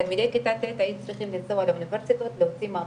תלמידי כיתה ט' היינו צריכים לנבוע לאוניברסיטאות להוציא מאמרים,